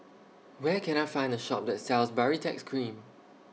Where Can I Find A Shop that sells Baritex Cream